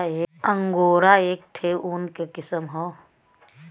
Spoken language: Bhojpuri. अंगोरा एक ठे ऊन क किसम हौ